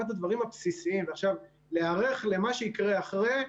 ברמת הדברים הבסיסיים להיערך למה שיקרה אחרי.